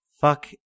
Fuck